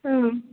हा